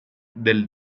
del